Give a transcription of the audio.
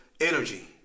energy